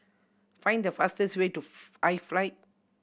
find the fastest way to iFly